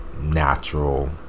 natural